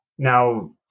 Now